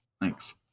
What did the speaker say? Thanks